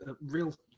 real